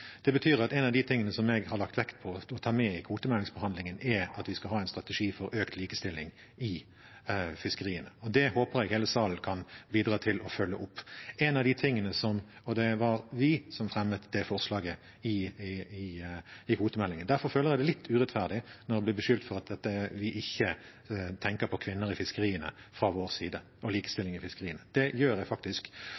Det betyr at en av de tingene jeg har lagt vekt på å ta med i kvotemeldingsbehandlingen, er at vi skal ha en strategi for økt likestilling i fiskeriene, og det håper jeg hele salen kan bidra til å følge opp. Det var vi som fremmet det forslaget i forbindelse med kvotemeldingen. Derfor føler jeg det er litt urettferdig når jeg blir beskyldt for at vi ikke tenker på kvinner i fiskeriene og likestilling i fiskeriene fra vår side.